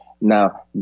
Now